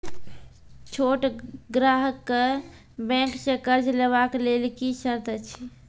छोट ग्राहक कअ बैंक सऽ कर्ज लेवाक लेल की सर्त अछि?